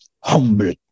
humble